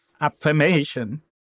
affirmation